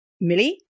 Millie